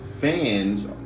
fans